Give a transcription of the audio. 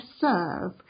serve